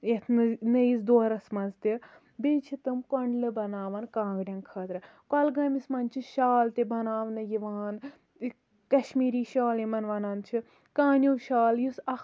یتھ مَنٛز نٔیِس دورَس مَنٛز تہِ بیٚیہِ چھِ تم کۄنڈلہٕ بَناوان کانٛگریٚن خٲطرٕ کۄلگٲمِس مَنٛز چھِ شال تہِ بَناونہٕ یِوان کَشمیٖری شال یِمَن وَنان چھِ کانِو شال یُس اکھ